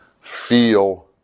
feel